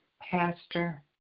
pastor